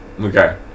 Okay